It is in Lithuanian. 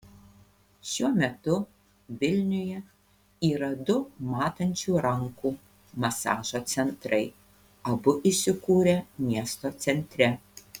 šiuo metu vilniuje yra du matančių rankų masažo centrai abu įsikūrę miesto centre